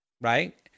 right